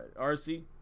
RC